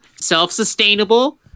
self-sustainable